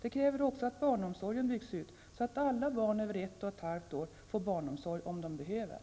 Det kräver också att barnomsorgen byggs ut så att alla barn över ett och ett halvt år får barnomsorg om de behöver.